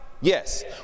yes